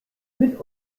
mit